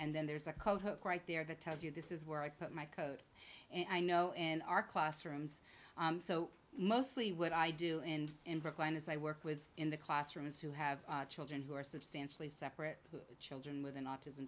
and then there's a code right there that tells you this is where i put my code and i know in our classrooms so mostly what i do and in brookline is i work with in the classrooms who have children who are substantially separate children with an autism